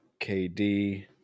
KD